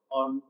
on